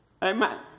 Amen